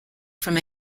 from